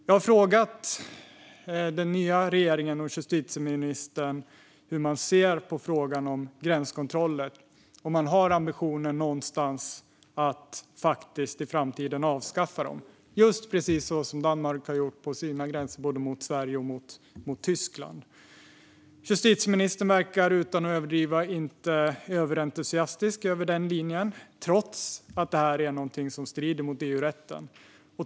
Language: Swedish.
Jag har frågat den nya regeringen och justitieministern hur man ser på frågan om gränskontroller och om man har ambitionen att avskaffa dem i framtiden, så som Danmark har gjort vid sina gränser mot både Sverige och Tyskland. Det är ingen överdrift att säga att justitieministern inte verkar överentusiastisk över den linjen, trots att kontrollerna strider mot EU-rätten.